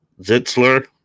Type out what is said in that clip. Zitzler